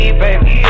baby